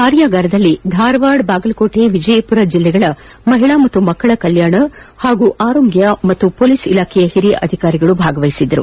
ಕಾರ್ಯಗಾರದಲ್ಲಿ ಧಾರವಾದ ಬಾಗಲಕೋಟೆ ವಿಜಯಪುರ ಜಿಲ್ಲೆಗಳ ಮಹಿಳಾ ಮತ್ತು ಮಕ್ಕಳ ಕಲ್ಯಾಣ ಆರೋಗ್ಯ ಮತ್ತು ಪೊಲೀಸ್ ಇಲಾಖೆ ಹಿರಿಯ ಅಧಿಕಾರಿಗಳು ಭಾಗವಹಿಸಿದ್ದರು